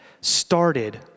started